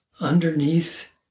underneath